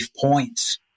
points